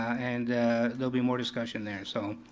and there'll be more discussion there, so,